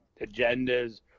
agendas